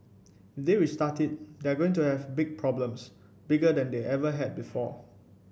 if they restart it they're going to have big problems bigger than they ever had before